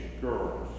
girls